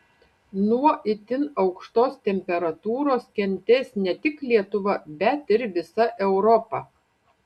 nuo itin aukštos temperatūros kentės ne tik lietuva bet ir visa europa